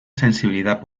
sensibilidad